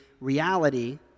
reality